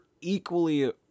equally